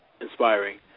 inspiring